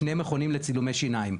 יש שני מכונים לצילומי שיניים,